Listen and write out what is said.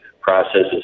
processes